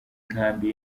nkambi